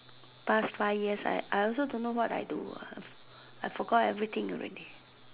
past five years I I also don't know what I do I forgot everything already